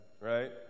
right